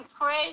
pray